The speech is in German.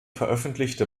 veröffentlichte